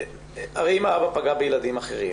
הרי אם האב פגע בילדים אחרים